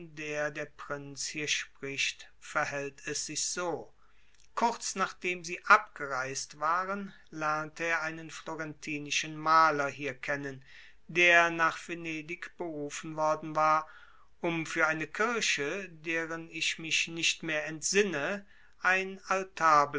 der der prinz hier spricht verhält es sich so kurz nachdem sie abgereiset waren lernte er einen florentinischen maler hier kennen der nach venedig berufen worden war um für eine kirche deren ich mich nicht mehr entsinne ein